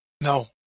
No